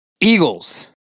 Eagles